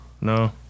no